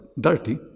dirty